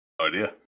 idea